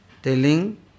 Telling